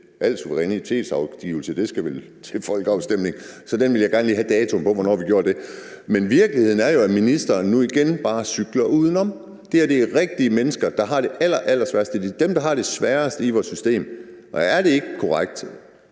Al suverænitetsafgivelse skal vel til folkeafstemning. Så der vil jeg gerne lige have datoen for, hvornår vi gjorde det. Men virkeligheden er jo, at ministeren nu igen bare cykler udenom. Det her er rigtige mennesker, der har det allerallersværeste liv, dem, der har det sværest i vores system. Og er det ikke korrekt